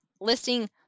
listing